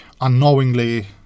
unknowingly